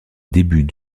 début